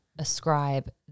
ascribe